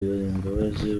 imbabazi